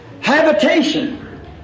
habitation